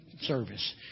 service